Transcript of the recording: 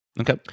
Okay